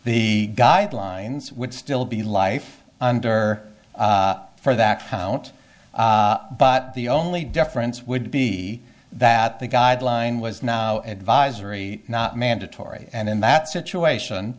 the guidelines would still be life under for that fount but the only difference would be that the guideline was now advisory not mandatory and in that situation